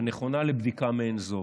הנכונה לבדיקה מעין זו.